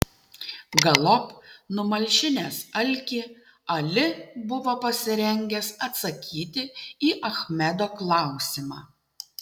galop numalšinęs alkį ali buvo pasirengęs atsakyti į achmedo klausimą